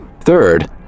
Third